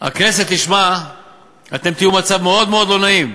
הכנסת תשמע אתם תהיו במצב מאוד מאוד לא נעים,